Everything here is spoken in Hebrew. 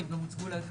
כי הם גם הוצגו ל-FDA,